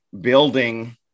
building